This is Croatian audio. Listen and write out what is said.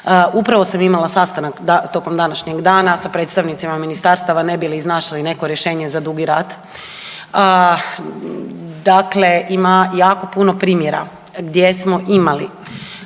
Upravo sam imala sastanak tokom današnjeg dana sa predstavnicima ministarstava ne bi li iznašli neko rješenje za Dugi Rat, a dakle ima jako puno primjera gdje smo imali